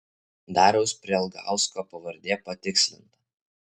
dariaus prialgausko pavardė patikslinta